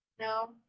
no